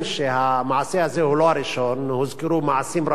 הוזכרו מעשים רבים כמוהו בתקופה האחרונה,